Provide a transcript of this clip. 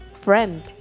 Friend